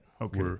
okay